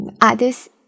others